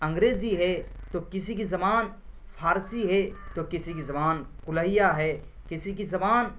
انگریزی ہے تو کسی کی زبان فارسی ہے تو کسی کی زبان الیہا ہے کسی کی زبان